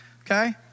okay